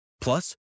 Plus